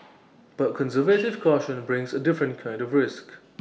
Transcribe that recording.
but conservative caution brings A different kind of risk